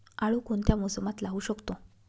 आळू कोणत्या मोसमात लावू शकतो?